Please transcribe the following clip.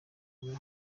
baba